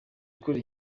gukora